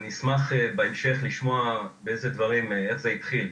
אני אשמח בהמשך לשמוע באיזה דברים, איך זה התחיל.